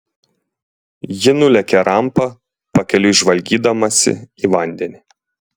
ji nulėkė rampa pakeliui žvalgydamasi į vandenį